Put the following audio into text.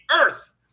earth